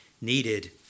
needed